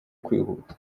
kwihuta